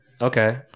Okay